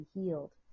healed